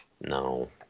No